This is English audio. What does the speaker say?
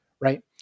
right